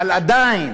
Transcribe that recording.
אבל עדיין,